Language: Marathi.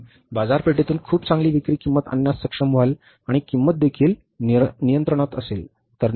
आपण बाजारपेठेतून खूप चांगली विक्री किंमत आणण्यात सक्षम व्हाल आणि किंमत देखील नियंत्रणात असेल